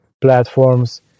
platforms